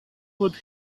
would